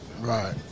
Right